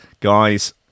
guys